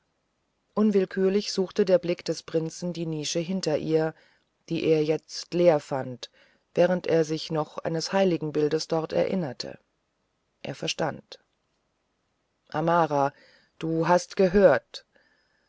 unwillkürlich suchte der blick des prinzen die nische hinter ihr die er jetzt leer fand während er sich doch eines heiligenbildes dort erinnerte er verstand amara du hast gehört